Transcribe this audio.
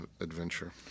adventure